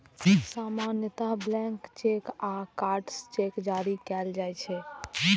सामान्यतः blank cheque आ crossed cheque जारी कैल जाइ छै